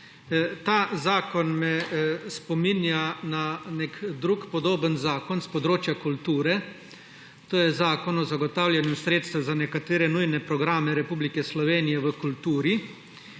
Ta zakon me spominja na nek drug podoben zakon s področja kulture, to je Zakon o zagotavljanju sredstev za nekatere nujne programe Republike Slovenije v kulturi,